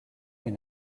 mais